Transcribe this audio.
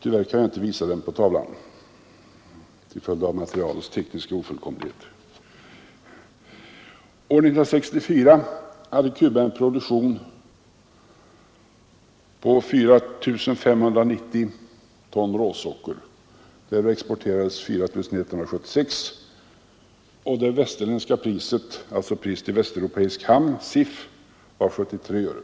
År 1964 hade Cuba en produktion på 4 590 000 ton råsocker. Därav exporterades 4 176 000 ton. Priset i västeuropeisk hamn cif var 73 öre per kilo.